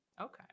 Okay